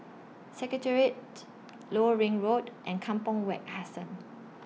Secretariat Lower Ring Road and Kampong Wak Hassan